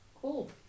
Cool